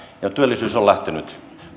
ja työllisyys on lähtenyt